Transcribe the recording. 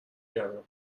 کردم